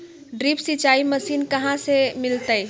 Drip सिंचाई machine कहाँ से मिलतै?